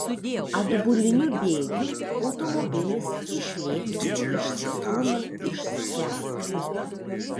atbuliniu bėgiu automobilis iš lėto išsistūmė iš skersgatvio